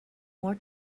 more